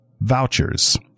vouchers